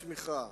יעדי הצמיחה,